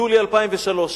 יולי 2003,